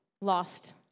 lost